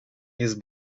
jest